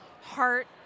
heart